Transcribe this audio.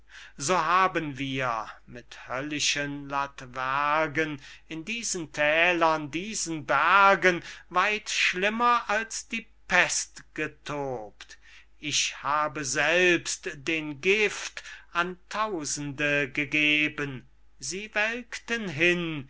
so haben wir mit höllischen latwergen in diesen thälern diesen bergen weit schlimmer als die pest getobt ich habe selbst den gift an tausende gegeben sie welkten hin